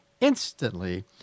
instantly